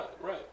Right